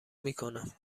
میکنم